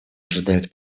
ожидает